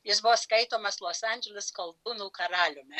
jis buvo skaitomas los andželes koldūnų karaliumi